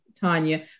Tanya